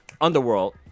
Underworld